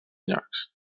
llargs